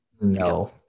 No